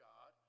God